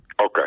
Okay